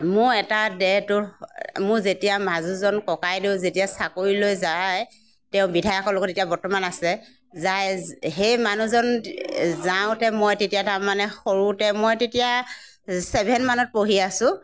মোৰ এটা দেওৰটোৰ মোৰ যেতিয়া মাজুজন ককাইদেউ যেতিয়া চাকৰিলৈ যায় তেওঁ বিধায়কৰ লগত এতিয়া বৰ্তমান আছে যায় সেই মানুহজন যাওঁতে মই তেতিয়া তাৰমানে সৰুতে মই তেতিয়া ছেভেন মানত পঢ়ি আছোঁ